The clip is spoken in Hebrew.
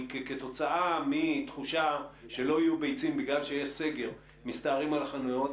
כתוצאה מתחושה שלא יהיו ביצים בגלל שיש סגר מסתערים על החנויות,